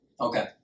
Okay